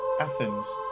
Athens